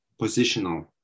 positional